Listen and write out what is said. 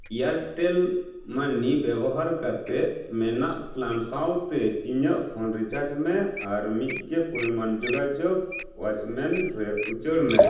Airtel ᱢᱟᱱᱤ ᱵᱮᱵᱚᱦᱟᱨ ᱠᱟᱛᱮᱫ ᱢᱮᱱᱟᱜ ᱯᱞᱟᱱ ᱥᱟᱶ ᱛᱮ ᱤᱧᱟᱹᱜ ᱯᱷᱳᱱ ᱨᱤᱪᱟᱨᱡᱽ ᱢᱮ ᱟᱨ ᱢᱤᱫ ᱜᱮ ᱯᱚᱨᱤᱢᱟᱱ ᱡᱳᱜᱟᱡᱳᱜᱽ ᱳᱣᱟᱪ ᱢᱮᱱ ᱨᱮ ᱩᱪᱟᱹᱲ ᱢᱮ